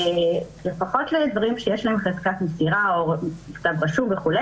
לפחות לדברים שיש להם חזקת מסירה או מכתב רשום וכו',